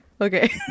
Okay